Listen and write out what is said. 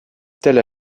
tel